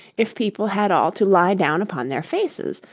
if people had all to lie down upon their faces,